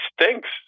stinks